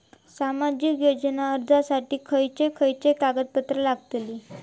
सामाजिक योजना अर्जासाठी खयचे खयचे कागदपत्रा लागतली?